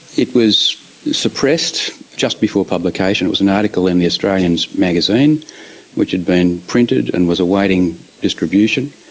it was suppressed just before publication it was an article in the australian's magazine which had been printed and was awaiting distribution.